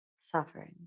suffering